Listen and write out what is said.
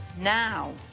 Now